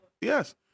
yes